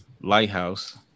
Lighthouse